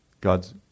God's